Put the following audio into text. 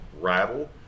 rattle